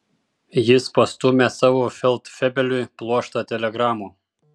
jis pastūmė savo feldfebeliui pluoštą telegramų